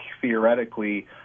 theoretically